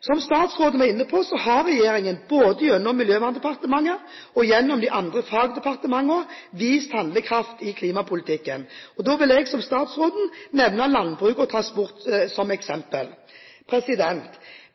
Som statsråden var inne på, har regjeringen både gjennom Miljøverndepartementet og de andre fagdepartementene vist handlekraft i klimapolitikken. Da vil jeg, som statsråden, nevne landbruk og transport som eksempel.